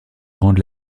rendre